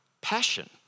passion